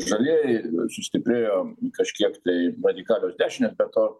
žalieji sustiprėjo kažkiek tai radikalios dešinės be to